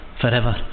Forever